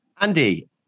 Andy